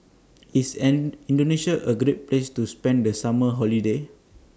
IS Indonesia A Great Place to spend The Summer Holiday